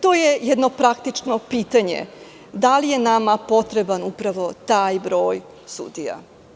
To je jedno praktično pitanje – da li je nama potreban upravo taj broj sudija?